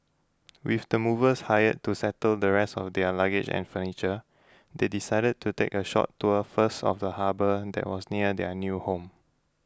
with the movers hired to settle the rest of their luggage and furniture they decided to take a short tour first of the harbour that was near their new home